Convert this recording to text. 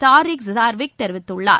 Tarikh Jasarevic தெரிவித்துள்ளார்